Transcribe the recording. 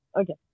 Okay